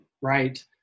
right